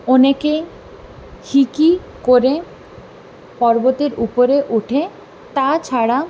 অনেকে হাইক করে পর্বতের উপরে ওঠে তাছাড়া